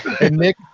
Nick